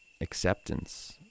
acceptance